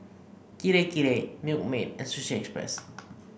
Kirei Kirei Milkmaid and Sushi Express